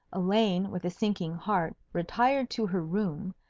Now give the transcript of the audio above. elaine with a sinking heart retired to her room,